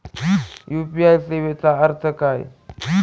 UPI सेवेचा अर्थ काय?